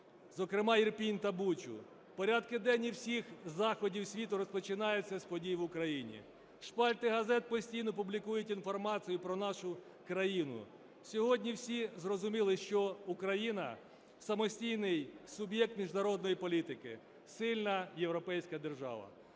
зокрема Ірпінь та Бучу. Порядки денні всіх заходів світу розпочинаються з подій в Україні. Шпальти газет постійно публікують інформацію про нашу країну. Сьогодні всі зрозуміли, що Україна – самостійний суб'єкт міжнародної політики, сильна європейська держава.